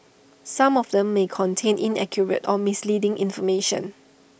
some of them may contain inaccurate or misleading information